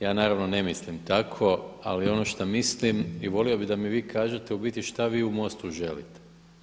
Ja naravno ne mislim tako ali ono što mislim i volio bih da mi vi kažete u biti šta vi u MOST-u želite.